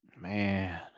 Man